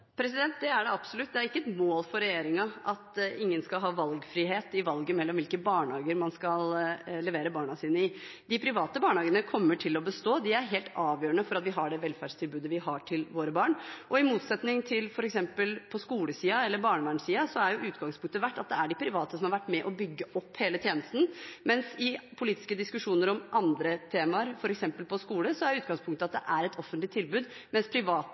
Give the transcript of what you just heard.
Det er det absolutt. Det er ikke et mål for regjeringen at ingen skal ha valgfrihet i valget mellom hvilke barnehager man skal levere barna sine i. De private barnehagene kommer til å bestå, de er helt avgjørende for at vi har det velferdstilbudet vi har til våre barn. I motsetning til f.eks. på skolesiden eller barnevernssiden, har jo utgangspunktet vært at det er de private som har vært med på å bygge opp hele tjenesten. I politiske diskusjoner om andre temaer, f.eks. om skole, er utgangspunktet at det er et offentlig tilbud, mens